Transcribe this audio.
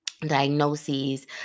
diagnoses